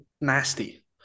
nasty